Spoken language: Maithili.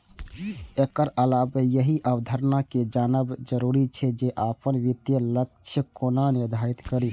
एकर अलावे एहि अवधारणा कें जानब जरूरी छै, जे अपन वित्तीय लक्ष्य कोना निर्धारित करी